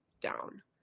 down